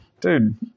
dude